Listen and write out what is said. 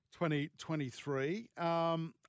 2023